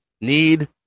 Need